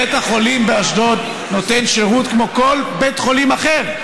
בית החולים באשדוד נותן שירות כמו כל בית חולים אחר.